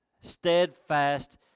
Steadfast